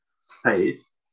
space